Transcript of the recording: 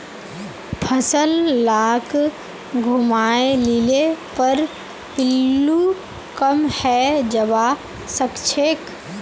फसल लाक घूमाय लिले पर पिल्लू कम हैं जबा सखछेक